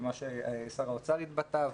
ומה ששר האוצר התבטא,